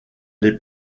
les